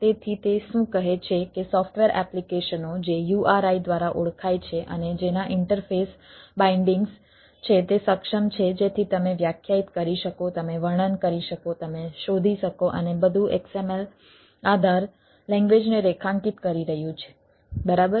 તેથી તે શું કહે છે કે સોફ્ટવેર એપ્લિકેશનો જે URI દ્વારા ઓળખાય છે અને જેના ઇન્ટરફેસ બાઈન્ડીંગ્સ છે તે સક્ષમ છે જેથી તમે વ્યાખ્યાયિત કરી શકો તમે વર્ણન કરી શકો તમે શોધી શકો અને બધું XML આધાર લેંગ્વેજને રેખાંકિત કરી રહ્યું છે બરાબર